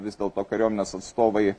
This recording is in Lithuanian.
vis dėlto kariuomenės atstovai